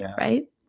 Right